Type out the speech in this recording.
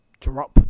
drop